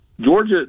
Georgia